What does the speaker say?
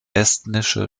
estnische